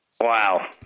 Wow